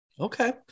Okay